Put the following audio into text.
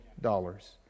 dollars